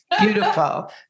Beautiful